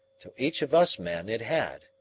to each of us men it had,